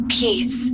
peace